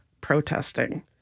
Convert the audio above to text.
protesting